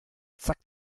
zack